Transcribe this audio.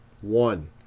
One